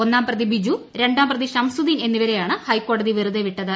ഒന്നാം പ്രതി ബിജു രണ്ടാം പ്രതി ഷംസുദ്ദീൻ എന്നിവരെയാണ് ഹൈക്കോടതി വെറുതെ വിട്ടത്